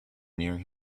near